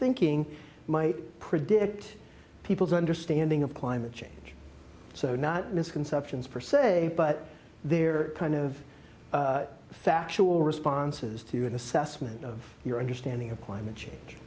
thinking might predict people's understanding of climate change so not misconceptions per se but they're kind of factual responses to an assessment of your understanding of climate change